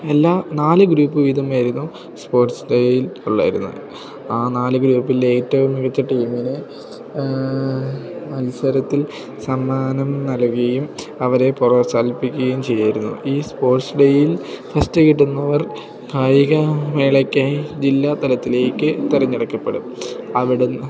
എല്ലാ നാല് ഗ്രൂപ്പ് വിധമായിരുന്നു സ്പോർട്സ് ഡേയിൽ ഉള്ളായിരുന്നത് ആ നാല് ഗ്രൂപ്പിലെ ഏറ്റവും മികച്ച ടീമിനെ മത്സരത്തിൽ സമ്മാനം നൽകുകയും അവരെ പ്രോത്സാൽിപ്പിക്കുകയും ചെയ്യുമായിരുന്നു ഈ സ്പോർട്സ് ഡേയിൽ ഫസ്റ്റ് കിട്ടുന്നവർ കായിക മേളയ്ക്കായി ജില്ലാ തലത്തിലേക്ക് തെരഞ്ഞെടക്കപ്പെടും അവിടുന്ന്